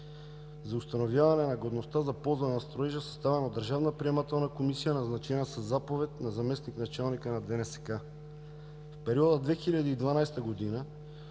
за установяване годността за ползване на строежа, съставен от държавна Приемателна комисия назначена със Заповед на заместник-началника на ДНСК. В периода 2012 г.